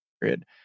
period